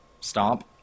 stomp